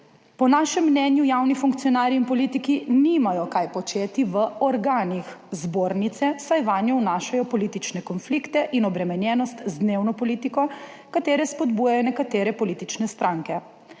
Po našem mnenju javni funkcionarji in politiki nimajo kaj početi v organih Zbornice, saj vanjo vnašajo politične konflikte in obremenjenost z dnevno politiko, ki jih spodbujajo nekatere politične stranke.